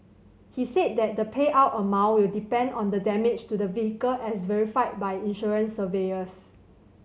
he said that the payout amount will depend on the damage to the vehicle as verified by insurance surveyors